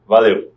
Valeu